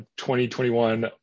2021